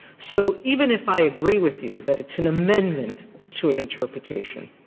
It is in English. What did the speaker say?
so even if i agree with you that it's an amendment to an interpretation,